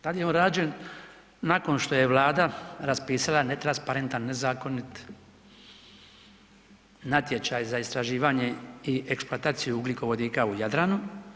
Tad je on rađen nakon što je Vlada raspisala netransparentan, nezakonit natječaj za istraživanje i eksploataciju ugljikovodika u Jadranu.